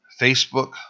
Facebook